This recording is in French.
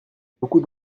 beaucoup